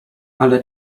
ale